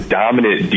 dominant